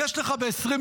יש לך ב-2024,